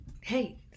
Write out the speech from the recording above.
hey